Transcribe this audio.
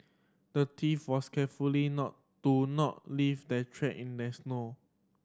the thief was carefully not to not leave the track in the snow